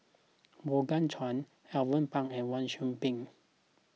Morgan Chua Alvin Pang and Wang Sui Pick